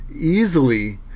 easily